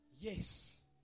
Yes